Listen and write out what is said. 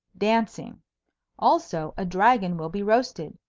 dancing also a dragon will be roasted.